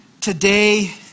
Today